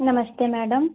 नमस्ते मैडम